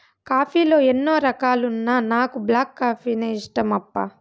coffee లో ఎన్నో రకాలున్నా నాకు బ్లాక్ కాఫీనే ఇష్టమప్పా